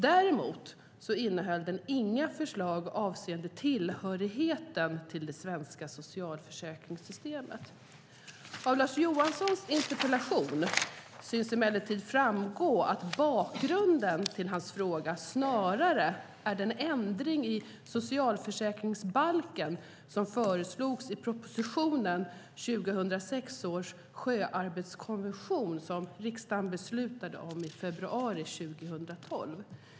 Däremot innehöll den inga förslag avseende tillhörigheten till det svenska socialförsäkringssystemet. Av Lars Johanssons interpellation synes emellertid framgå att bakgrunden till hans fråga snarare är den ändring i socialförsäkringsbalken som föreslogs i propositionen om 2006 års sjöarbetskonvention som riksdagen beslutade om i februari 2012.